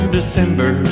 December